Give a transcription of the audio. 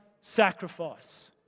sacrifice